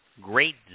great